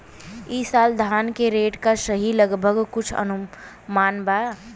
ई साल धान के रेट का रही लगभग कुछ अनुमान बा?